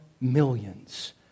millions